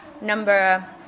number